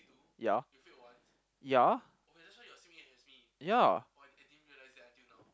ya ya ya